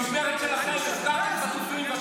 במשמרת שלכם הפקרתם חטופים,